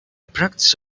practice